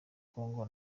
congo